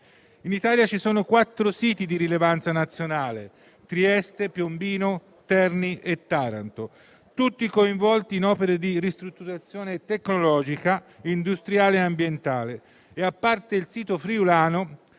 In Italia ci sono quattro siti di rilevanza nazionale: Trieste, Piombino, Terni e Taranto, tutti coinvolti in opere di ristrutturazione tecnologica, industriale e ambientale. A parte il sito friulano,